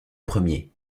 premier